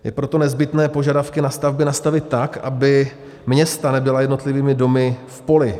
Je proto nezbytné požadavky na stavby nastavit tak, aby města nebyla jednotlivými domy v poli.